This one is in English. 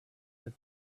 that